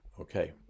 Okay